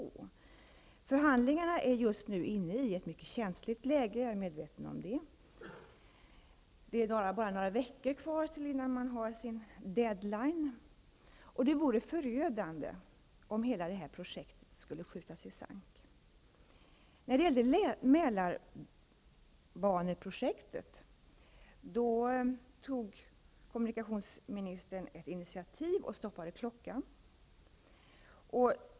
Jag är medveten om att förhandlingarna just nu är inne i ett mycket känsligt läge. Det är bara några veckor kvar till deadline, tidsgränsen, och det vore förödande om hela projektet skulle skjutas i sank. När det gäller Mälarbaneprojektet tog kommunikationsministern ett initiativ och stoppade klockan.